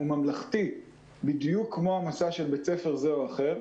והוא ממלכתי בדיוק כמו המסע של בית-ספר זה או אחר.